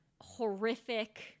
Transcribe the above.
horrific